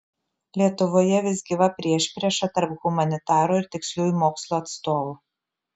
lietuvoje vis gyva priešprieša tarp humanitarų ir tiksliųjų mokslų atstovų